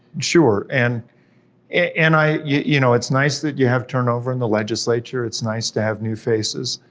sure, and and i, you know, it's nice that you have turnover in the legislature, it's nice to have new faces.